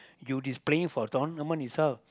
you displaying for tournament itself